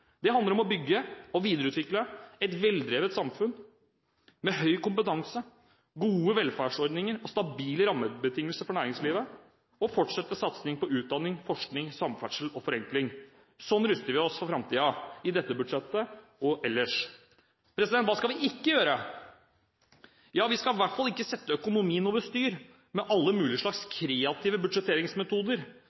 Det handler om å bygge og videreutvikle et veldrevet samfunn med høy kompetanse, gode velferdsordninger og stabile rammebetingelser for næringslivet og å fortsette satsing på utdanning, forskning, samferdsel og forenkling. Slik ruster vi oss for framtiden, både i dette budsjettet og ellers. Hva skal vi ikke gjøre? Vi skal i hvert fall ikke sette økonomien over styr med alle mulige slags kreative budsjetteringsmetoder.